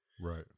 Right